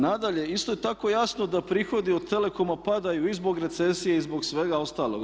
Nadalje, isto je tako jasno da prihodi od telekoma padaju i zbog recesije i zbog svega ostalog.